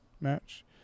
match